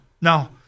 Now